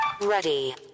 Ready